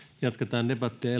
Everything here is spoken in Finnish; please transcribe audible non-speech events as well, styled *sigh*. jatketaan debattia *unintelligible*